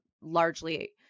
largely